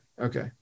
Okay